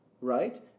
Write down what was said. Right